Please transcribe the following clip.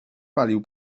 palił